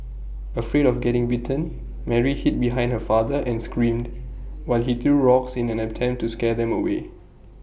afraid of getting bitten Mary hid behind her father and screamed while he threw rocks in an attempt to scare them away